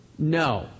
No